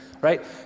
Right